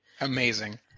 Amazing